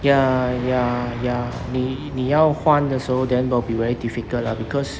ya ya ya 你你要换的时候 then will be very difficult lah because